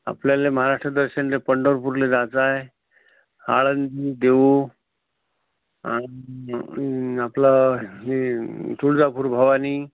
आपल्याला महाराष्ट्र दर्शनला पंढरपूरला जायचं आहे आळंदी देऊ आणि आपलं हे तुळजापूर भवानी